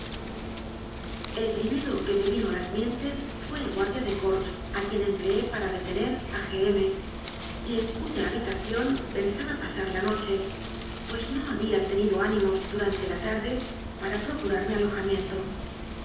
el primero que me vino a las mientes fué el guardia de corps a quien emplee para detener a g m y en cuya habitación pensaba pasar la noche pues no había tenido ánimos durante la tarde para procurarme alojamiento